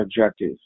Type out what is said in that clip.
objective